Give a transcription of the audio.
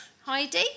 Heidi